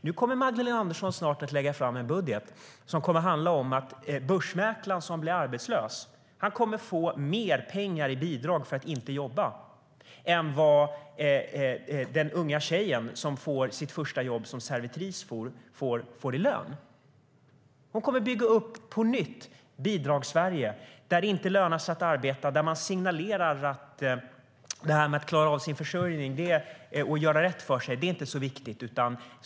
Nu kommer Magdalena Andersson snart att lägga fram en budget som kommer att handla om att den börsmäklare som blir arbetslös ska få mer pengar i bidrag för att inte jobba än vad den unga tjej som har sitt första jobb som servitris får i lön. Magdalena Andersson kommer att på nytt bygga upp Bidragssverige, där det inte lönar sig att arbeta och där man signalerar att det inte är så viktigt att klara av sin försörjning och göra rätt för sig.